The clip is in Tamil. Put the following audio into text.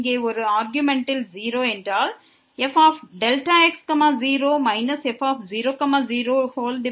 இங்கே ஒரு ஆர்க்யூமென்ட் 0 என்றால் f0 0 0 ஆகிறது